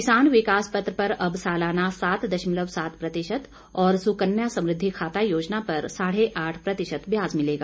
किसान विकास पत्र पर अब सालाना सात दशमलव सात प्रतिशत और सुकन्या समृद्धि खाता योजना पर साढ़े आठ प्रतिशत ब्याज मिलेगा